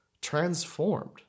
transformed